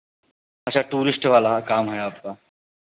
अच्छा टुरिस्ट वाला काम है आपका